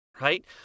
right